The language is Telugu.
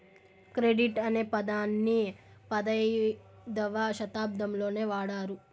క్రెడిట్ అనే పదాన్ని పదైధవ శతాబ్దంలోనే వాడారు